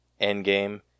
Endgame